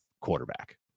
quarterback